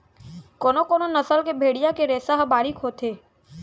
कोनो कोनो नसल के भेड़िया के रेसा ह बारीक होथे